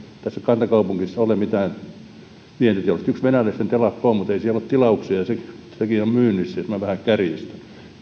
tässä kantakaupungissa ole mitään vientiteollisuutta yksi venäläisten telakka on mutta ei siellä ole tilauksia ja sekin on myynnissä jos minä vähän kärjistän